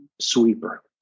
sweeper